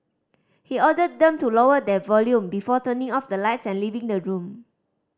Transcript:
he ordered them to lower their volume before turning off the lights and leaving the room